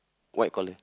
white collar